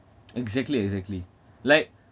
exactly exactly like